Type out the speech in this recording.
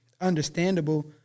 understandable